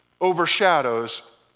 overshadows